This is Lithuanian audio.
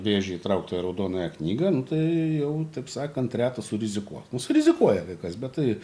vėžį įtrauktą į raudonąją knygą nu tai jau taip sakant retas surizikuos nors rizikuoja kai kas bet tai